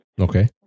Okay